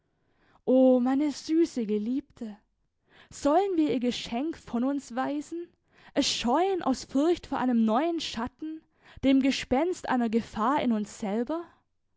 o meine süße geliebte sollen wir ihr geschenk von uns weisen es scheuen aus furcht vor einem neuen schatten dem gespenst einer gefahr in uns selber